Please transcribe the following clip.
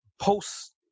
posts